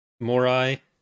Morai